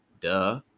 Duh